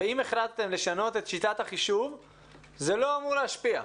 ואם החלטתם לשנות את שיטת החישוב זה לא אמור להשפיע.